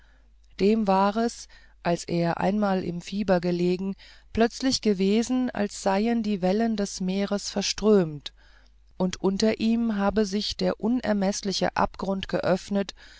dem war es als er einmal im fieber gelegen plötzlich gewesen als seien die wellen des meeres verströmt und unter ihm habe sich der unermeßliche abgrund geöffnet